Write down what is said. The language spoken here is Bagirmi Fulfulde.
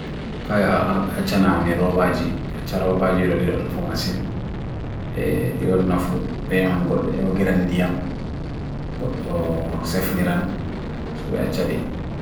kaya hachana nirobaji, hacharobaji yurodirona fawmasin yurona faw, peyman god yaw girendiyam god yaw sef niran so bhe achadi